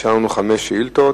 נשארו לנו חמש שאילתות.